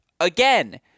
Again